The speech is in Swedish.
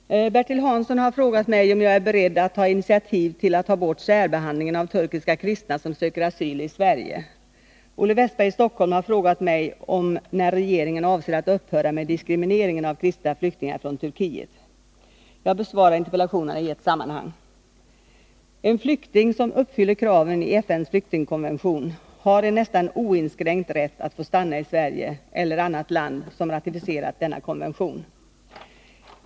Herr talman! Bertil Hansson har frågat mig om jag är beredd att ta initiativ till att ta bort särbehandlingen av turkiska kristna som söker asyl i Sverige. Olle Wästberg i Stockholm har frågat mig när regeringen avser att upphöra med diskrimineringen av kristna flyktingar från Turkiet. Jag besvarar interpellationerna i ett sammanhang. En flykting som uppfyller kraven i FN:s flyktingkonvention har en nästan oinskränkt rätt att få stanna i Sverige eller annat land som ratificerat denna konvention.